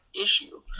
issue